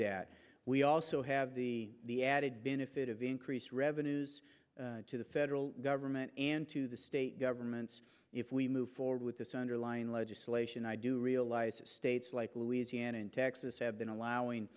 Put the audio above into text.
that we also have the added benefit of increased revenues to the federal government and to the state governments if we move forward with this underlying legislation i do realize of states like louisiana and texas have been allowing